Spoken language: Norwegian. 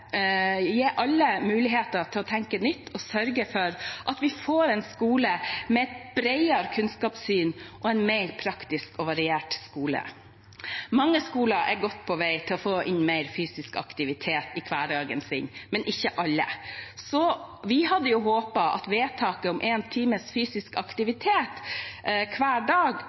til å tenke nytt og sørge for at vi får en skole med et bredere kunnskapssyn og en mer praktisk og variert skole. Mange skoler er på god vei til å få mer fysisk aktivitet inn i hverdagen, men ikke alle. Vi hadde håpet at vedtaket om én time fysisk aktivitet hver dag